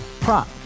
prop